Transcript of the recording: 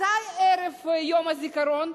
מתי ערב יום הזיכרון?